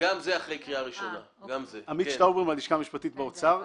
אני מהלשכה המשפטית באוצר.